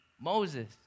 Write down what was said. Moses